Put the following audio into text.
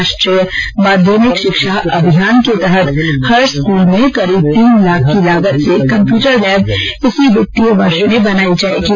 राष्ट्रीय माध्यमिक शिक्षा अभियान के तहत हर स्कूल में करीब तीन लाख की लागत से कम्प्यूटर लैब इसी वित्तीय वर्ष में बनाई जाएंगी